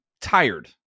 tired